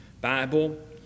Bible